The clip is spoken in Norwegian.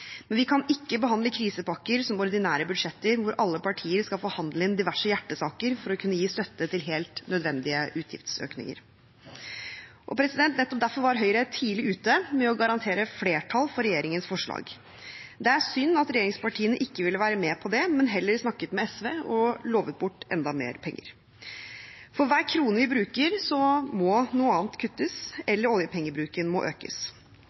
men vi kan ikke behandle krisepakker som ordinære budsjetter hvor alle partier skal forhandle inn diverse hjertesaker for å kunne gi støtte til helt nødvendige utgiftsøkninger. Nettopp derfor var Høyre tidlig ute med å garantere flertall for regjeringens forslag. Det er synd at regjeringspartiene ikke ville være med på det, men heller snakket med SV og lovet bort enda mer penger. For hver krone vi bruker, må noe annet kuttes, eller oljepengebruken må økes.